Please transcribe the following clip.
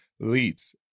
leads